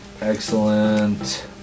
Excellent